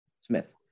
Smith